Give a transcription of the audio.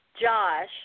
Josh